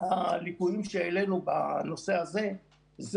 הליקויים שהעלינו בנושא הזה הם: